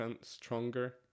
stronger